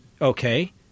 okay